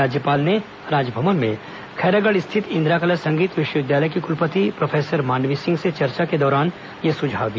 राज्यपाल ने राजभवन में खैरागढ़ स्थित इंदिरा कला संगीत विश्वविद्यलाय की कुलपति प्रोफेसर मांडवी सिंह से चर्चा के दौरान यह सुझाव दिया